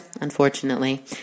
unfortunately